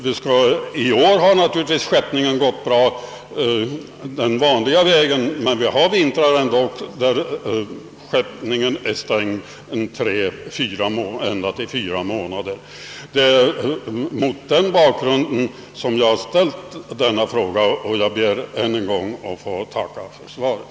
I vinter har skeppningarna givetvis gått bra den vanliga vägen, men vi har ju ibland vintrar under vilka skeppningen är stängd under tre eller ända upp till fyra månader om året. Det är mot denna bakgrund som jag framställt min fråga. Jag ber än en gång att få tacka statsrådet för svaret.